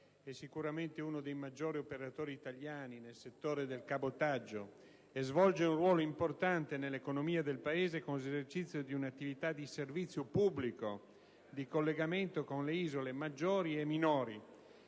Tirrenia è uno dei maggiori operatori italiani nel settore del cabotaggio e svolge un ruolo importante nell'economia del Paese con l'esercizio di un'attività di servizio pubblico di collegamento con le isole maggiori e minori.